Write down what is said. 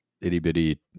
itty-bitty